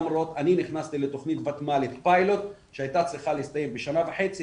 אני נכנסתי לתכנית ותמ"לית פיילוט שהייתה צריכה להסתיים בשנה וחצי,